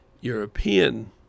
European